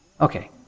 Okay